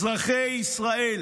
אזרחי ישראל,